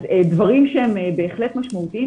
אלה דברים שהם בהחלט משמעותיים,